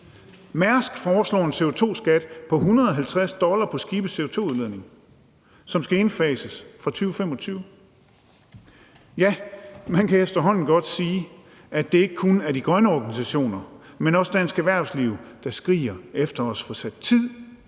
Maersk foreslår en CO2-skat på 150 dollar på skibes CO2-udledning, som skal indfases fra 2025. Ja, man kan efterhånden godt sige, at det ikke kun er de grønne organisationer, men også dansk erhvervsliv, der skriger på at få sat tid